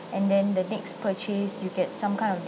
and then the next purchase you get some kind of